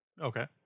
Okay